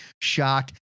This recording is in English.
shocked